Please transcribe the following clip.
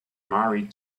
married